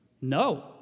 No